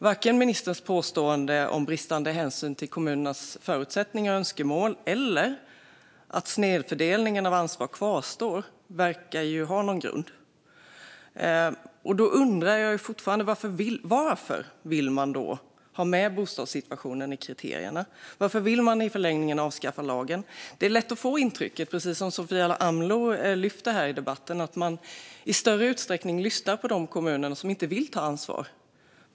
Varken ministerns påstående om bristande hänsyn till kommunernas förutsättningar och önskemål eller att snedfördelningen av ansvar kvarstår verkar ha någon grund. Jag undrar fortfarande: Varför vill man ha med bostadssituationen i kriterierna? Varför vill man i förlängningen avskaffa lagen? Det är lätt att få intrycket, precis som Sofia Amloh lyfter fram i debatten, att man i större utsträckning lyssnar på de kommuner som inte vill ta ansvar.